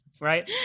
right